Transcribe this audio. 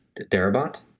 Darabont